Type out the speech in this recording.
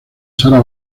sara